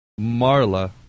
Marla